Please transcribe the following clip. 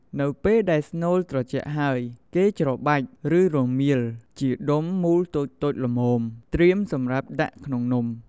នៅពេលដែលស្នូលត្រជាក់ហើយ គេច្របាច់ ឬរមៀលជាដុំមូលតូចៗល្មម ត្រៀមសម្រាប់ដាក់ក្នុងនំ។